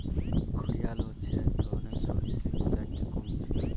ঘড়িয়াল হচ্ছে এক ধরনের সরীসৃপ যেটা একটি কুমির